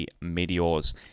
Meteors